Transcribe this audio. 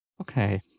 Okay